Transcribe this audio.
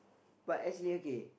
but actually okay